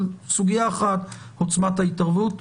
אבל סוגיה אחת, עוצמת ההתערבות.